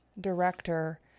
director